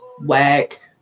Whack